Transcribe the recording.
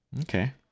Okay